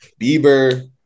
Bieber